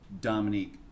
Dominique